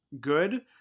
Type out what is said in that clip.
good